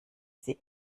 sie